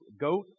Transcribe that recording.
goat